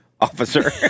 officer